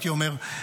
הייתי אומר,